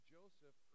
Joseph